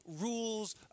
rules